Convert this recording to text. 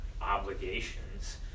obligations